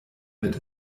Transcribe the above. mit